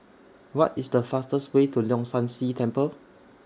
What IS The fastest Way to Leong San See Temple